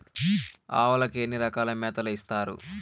ఆవులకి ఎన్ని రకాల మేతలు ఇస్తారు?